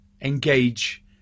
engage